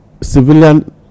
civilian